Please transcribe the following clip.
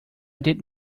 did